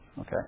Okay